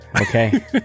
Okay